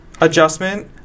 adjustment